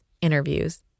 interviews